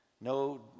no